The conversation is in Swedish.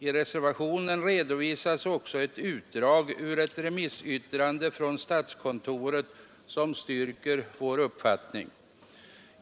I reservationen redovisas också ett utdrag ur ett remissyttrande från statskontoret som styrker vår uppfattning.